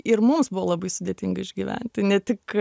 ir mums buvo labai sudėtinga išgyventi ne tik